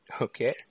Okay